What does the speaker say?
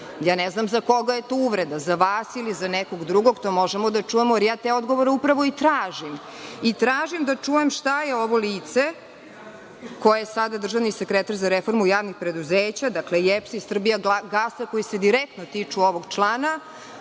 Ja ne znam za koga je to uvreda, za vas ili za nekog drugo, to možemo da čujemo. Ja te odgovore upravo i tražim i tražim da čujem šta je ovo lice, koje je sada državni sekretar za reformu javnih preduzeća, dakle, za EPS i „Srbijagas“, koji se direktno tiču ovog člana,